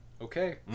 okay